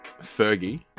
Fergie